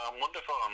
wonderful